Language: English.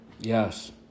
Yes